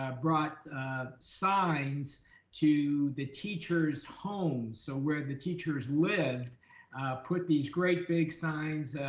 ah brought signs to the teachers' homes. so where the teachers lived put these great big signs.